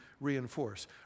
reinforce